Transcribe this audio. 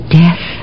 death